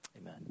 Amen